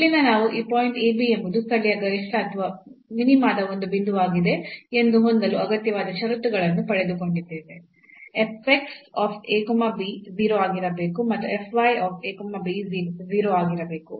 ಇಲ್ಲಿಂದ ನಾವು ಈ ಪಾಯಿಂಟ್ ab ಎಂಬುದು ಸ್ಥಳೀಯ ಗರಿಷ್ಠ ಅಥವಾ ಮಿನಿಮಾದ ಒಂದು ಬಿಂದುವಾಗಿದೆ ಎಂದು ಹೊಂದಲು ಅಗತ್ಯವಾದ ಷರತ್ತುಗಳನ್ನು ಪಡೆದುಕೊಂಡಿದ್ದೇವೆ 0 ಆಗಿರಬೇಕು ಮತ್ತು 0 ಆಗಿರಬೇಕು